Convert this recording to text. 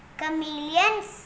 chameleons